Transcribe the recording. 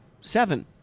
seven